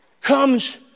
comes